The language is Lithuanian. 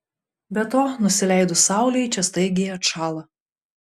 be to nusileidus saulei čia staigiai atšąla